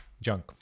Junk